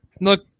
look